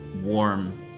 warm